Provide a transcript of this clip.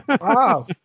Wow